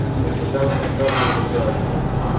and without consulting any document,